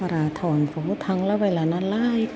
बारा थावनफ्रावबो थांला बायला नालाय